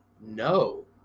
No